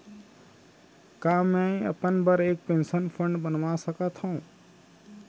का मैं अपन बर एक पेंशन फण्ड बनवा सकत हो?